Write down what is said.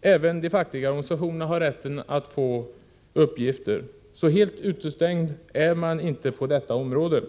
Även de fackliga organisationerna har rätten att få dessa uppgifter, så helt utestängd är man inte på detta område.